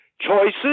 choices